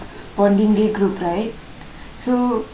bondingk day group right so